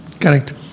Correct